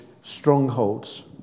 strongholds